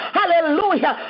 hallelujah